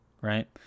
right